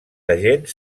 agents